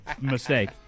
mistake